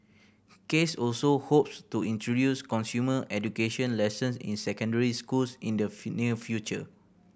case also hopes to introduce consumer education lessons in secondary schools in the near future